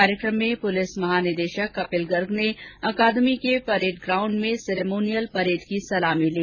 कार्यक्रम में पुलिस महानिदेशक कपिल गर्ग ने अकादमी के परेड ग्राउण्ड में सेरेमोनियल परेड की सलामी ली